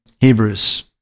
Hebrews